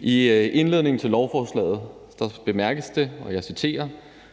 I indledningen til lovforslaget bemærkes det, og jeg citerer: